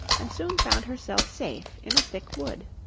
and soon found herself safe in a thick wood.